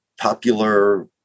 popular